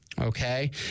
okay